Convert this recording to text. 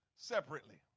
separately